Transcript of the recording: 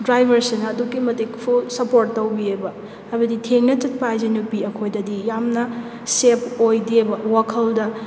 ꯗ꯭ꯔꯥꯏꯕꯔꯁꯤꯅ ꯑꯗꯨꯛꯀꯤ ꯃꯇꯤꯛ full support ꯇꯧꯕꯤꯕ ꯍꯥꯏꯕꯗꯤ ꯊꯦꯡꯅ ꯆꯠꯄ ꯍꯥꯏꯁꯦ ꯅꯨꯄꯤ ꯑꯩꯈꯣꯏꯗꯗꯤ ꯌꯥꯝꯅ ꯁꯦꯞ ꯑꯣꯏꯗꯦꯕ ꯋꯥꯈꯜꯗ